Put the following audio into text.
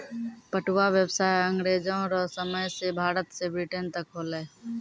पटुआ व्यसाय अँग्रेजो रो समय से भारत से ब्रिटेन तक होलै